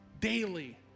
daily